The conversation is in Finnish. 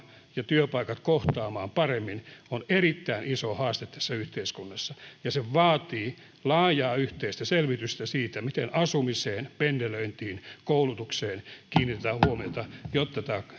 ja työpaikat kohtaamaan paremmin on erittäin iso haaste tässä yhteiskunnassa ja se vaatii laajaa yhteistä selvitystä siitä miten asumiseen pendelöintiin koulutukseen kiinnitetään huomiota jotta